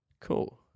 Cool